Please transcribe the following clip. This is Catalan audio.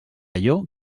allò